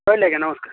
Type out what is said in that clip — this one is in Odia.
ରହିଲି ଆଜ୍ଞା ନମସ୍କାର୍